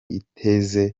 iteze